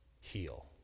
heal